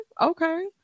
okay